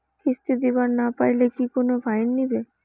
কিস্তি দিবার না পাইলে কি কোনো ফাইন নিবে?